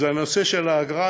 אז הנושא של האגרה,